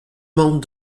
membre